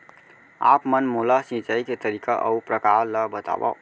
आप मन मोला सिंचाई के तरीका अऊ प्रकार ल बतावव?